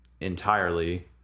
entirely